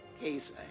case